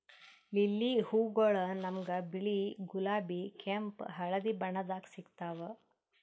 lily ಹೂವಗೊಳ್ ನಮ್ಗ್ ಬಿಳಿ, ಗುಲಾಬಿ, ಕೆಂಪ್, ಹಳದಿ ಬಣ್ಣದಾಗ್ ಸಿಗ್ತಾವ್